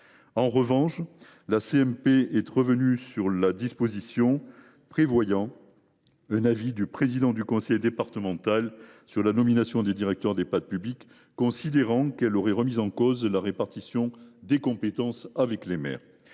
paritaire est revenue sur la disposition prévoyant un avis du président du conseil départemental sur la nomination des directeurs d’Ehpad publics, considérant qu’elle aurait remis en cause la répartition des compétences avec les maires.